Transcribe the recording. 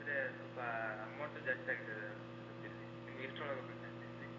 ಅಂದ್ರೆ ಸ್ವಲ್ಪ ಅಮೌಂಟು ಜಾಸ್ತಿ ಆಗ್ತದೆ ಇಲ್ಲಿ ನಿಮಗೆ ಎಷ್ಟ್ರೊಳಗೆ ಬೇಕು ಆಂಟಿ ಇಲ್ಲಿ